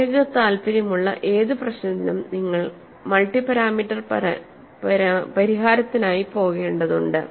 പ്രായോഗിക താൽപ്പര്യമുള്ള ഏത് പ്രശ്നത്തിനും നിങ്ങൾ മൾട്ടി പാരാമീറ്റർ പരിഹാരത്തിനായി പോകേണ്ടതുണ്ട്